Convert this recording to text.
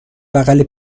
بغل